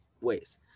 ways